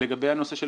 לגבי הנושא של